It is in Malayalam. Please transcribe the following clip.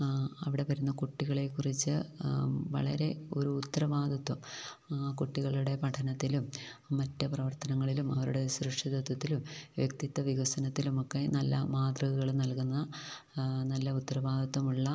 അവിടെ വരുന്ന കുട്ടികളെക്കുറിച്ച് വളരെയൊരു ഉത്തരവാദിത്വം ആ കുട്ടികളുടെ പഠനത്തിലും മറ്റ് പ്രവർത്തനങ്ങളിലും അവരുടെ സുരക്ഷിതത്വത്തിലും വ്യക്തിത്വ വികസനത്തിലുമൊക്കെ നല്ല മാതൃകകള് നൽകുന്ന നല്ല ഉത്തരവാദിത്തമുള്ള